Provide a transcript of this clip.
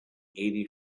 eighty